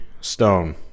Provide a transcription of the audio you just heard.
Stone